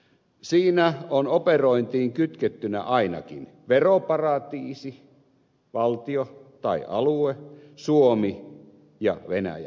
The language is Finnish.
siinä on operointiin kytkettynä ainakin veroparatiisi valtio tai alue suomi ja venäjä